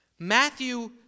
Matthew